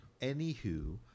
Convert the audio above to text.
anywho